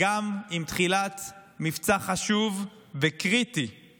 גם עם תחילת מבצע חשוב וקריטי,